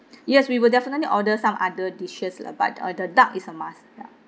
yes we will definitely order some other dishes lah but uh the duck is a must ya